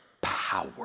power